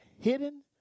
hidden